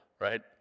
right